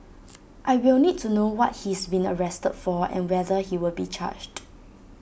I will need to know what he's been arrested for and whether he will be charged